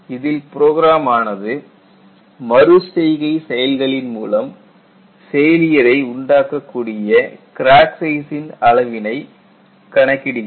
இதில் புரோகிராம் ஆனது மறு செய்கை செயல்களின் மூலம் ஃபெயிலிய ரை உண்டாக்கக்கூடிய கிராக் சைஸின் அளவினை கணக்கிடுகிறது